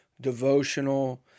devotional